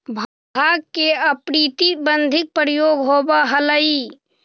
भाँग के अप्रतिबंधित प्रयोग होवऽ हलई